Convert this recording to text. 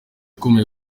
ukomeye